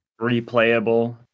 replayable